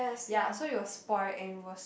ya so it was spoil and it was